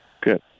Good